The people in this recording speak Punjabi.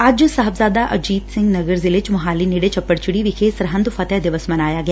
ਅੱਜ ਸਾਹਿਬਜ਼ਾਦਾ ਅਜੀਤ ਸਿੰਘ ਨਗਰ ਜ਼ਿਲੇ ਚ ਮੋਹਾਲੀ ਨੇੜੇ ਚਪੜਚਿੜੀ ਵਿਖੇ ਸਰਹਿੰਦ ਫਤਿਹ ਦਿਵਸ ਮਨਾਇਆ ਗਿਆ